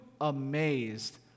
amazed